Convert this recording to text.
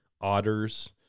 otters